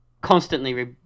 constantly